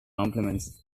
compliments